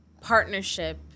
partnership